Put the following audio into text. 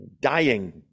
dying